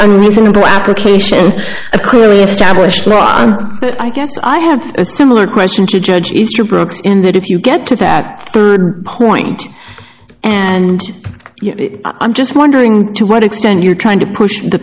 a reasonable advocation a clearly established law but i guess i have a similar question to judge easterbrook in that if you get to that third point and i'm just wondering to what extent you're trying to push the